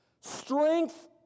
strength